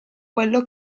quello